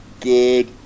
good